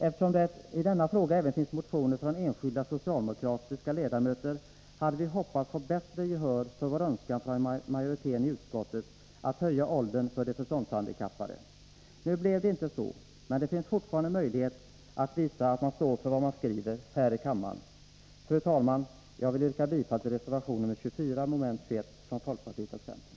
Eftersom det i denna fråga även finns motioner från enskilda socialdemokratiska ledamöter hade vi hoppats få bättre gehör för vår önskan från majoriteten i utskottet att höja åldersgränsen för de förståndshandikappade. Nu blev det inte så, men det finns fortfarande möjlighet att visa att man står för vad man skriver här i kammaren. Fru talman! Jag yrkar bifall till reservation nr 24 från folkpartiet och centern.